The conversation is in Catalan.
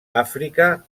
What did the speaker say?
àfrica